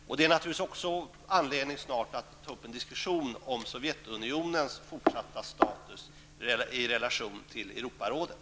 Det finns naturligtvis även anledning att snart ta upp en diskussion om Sovjetunionens fortsatta status i relation till Europarådet.